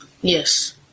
Yes